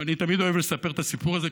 ואני תמיד אוהב לספר את הסיפור הזה,